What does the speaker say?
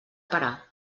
parar